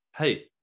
Hey